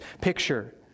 picture